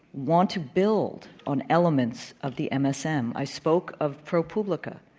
want to build on elements of the msm, i spoke of propublica.